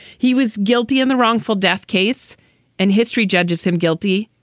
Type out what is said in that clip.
he was guilty in the wrongful death case and history judges him guilty.